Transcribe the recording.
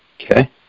Okay